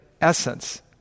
essence